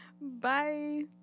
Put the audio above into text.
Bye